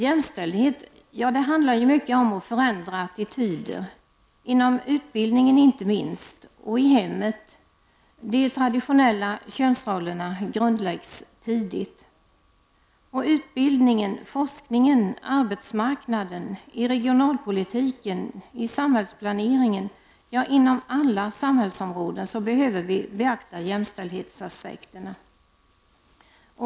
Jämställdhet handlar mycket om att förändra attityder, inom utbildningen inte minst och i hemmet. De traditionella könsrollerna grundläggs tidigt. Inom utbildningen, forskningen, på arbetsmarknaden, i regionalpolitiken, i samhällsplaneringen — ja, inom alla samhällsområden behöver vi beakta jämställdhetsaspekterna.